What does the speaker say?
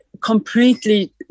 completely